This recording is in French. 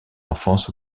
enfance